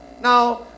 Now